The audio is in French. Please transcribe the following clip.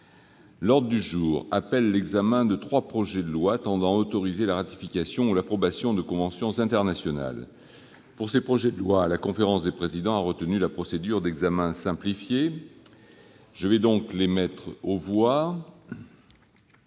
L'ordre du jour appelle l'examen de trois projets de loi tendant à autoriser la ratification ou l'approbation de conventions internationales. Pour ces projets de loi, la conférence des présidents a retenu la procédure d'examen simplifié. Je vais donc les mettre